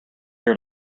here